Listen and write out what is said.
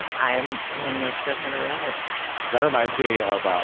i am among those who have never read it that reminds me of um